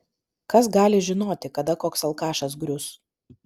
kas gali žinoti kada koks alkašas grius